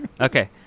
Okay